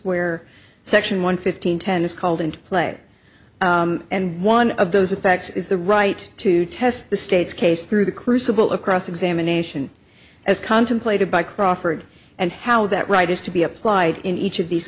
where section one fifteen ten is called into play and one of those effects is the right to test the state's case through the crucible of cross examination as contemplated by crawford and how that right is to be applied in each of these